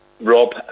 Rob